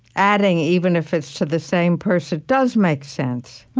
adding even if it's to the same person does make sense.